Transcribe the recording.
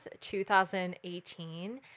2018